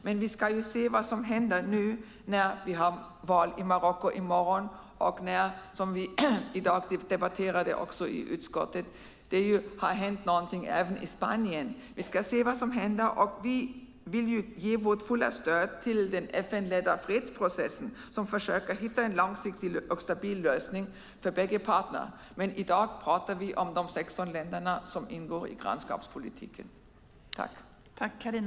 Men vi får se vad som händer nu när det är val i Marocko i morgon. Vi debatterade detta i utskottet i dag också. Det har hänt någonting även i Spanien. Vi får se vad som händer. Vi vill ge vårt fulla stöd till den FN-ledda fredsprocessen som försöker hitta en långsiktig och stabil lösning för båda parter, men i dag pratar vi om de 16 länderna som ingår i grannskapspolitiken.